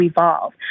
evolve